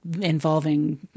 involving